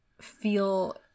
feel